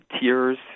tears